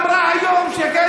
אמרה היום שקד,